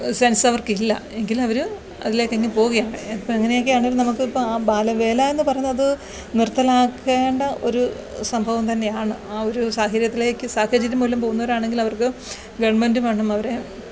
sense അവര്ക്കില്ല എങ്കിലും അവർ അതിലേക്കങ്ങ് പോകുകയാണ് ഇപ്പം എങ്ങനെയൊക്കെ ആണെങ്കിലും നമുക്ക് ഇപ്പം ആ ബാലവേല എന്ന് പറയുന്നത് നിര്ത്തലാക്കേണ്ട ഒരു സംഭവം തന്നെയാണ് ആ ഒരു സാഹചര്യത്തിലേക്ക് സാഹചര്യം മൂലം പോവുന്നവരാണെങ്കിൽ അവര്ക്ക് ഗവണ്മെന്റ് വേണം അവരെ